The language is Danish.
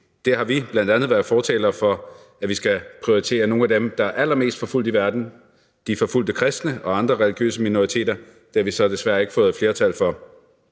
Det har vi bl.a. været fortalere for, altså at vi skal prioritere nogle af dem, der er allermest forfulgt i verden, de forfulgte kristne og andre religiøse minoriteter. Det har vi så desværre ikke fået flertal for.